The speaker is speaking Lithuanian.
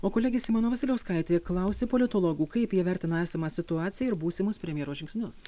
o kolegė simona vasiliauskaitė klausė politologų kaip jie vertina esamą situaciją ir būsimus premjero žingsnius